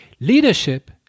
Leadership